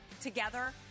Together